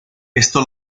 esto